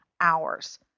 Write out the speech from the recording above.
hours